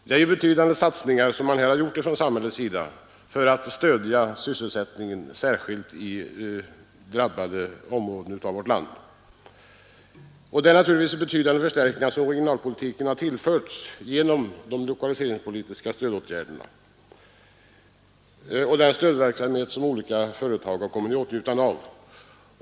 Det är ju stora satsningar som man här gjort från samhällets sida för att stödja sysselsättningen särskilt i drabbade områden av vårt land genom den lokaliseringspolitiska stödverksamhet som olika företag har kommit i åtnjutande av.